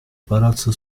palazzo